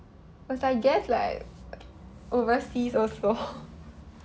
was I guess like overseas also